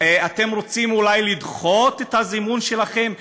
אתם רוצים אולי לדחות את הזימון שלכם,